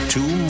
Two